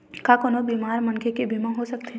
का कोनो बीमार मनखे के बीमा हो सकत हे?